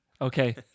Okay